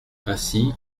ainsi